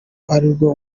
arirwo